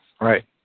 Right